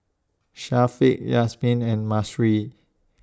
Syafiq Yasmin and Mahsuri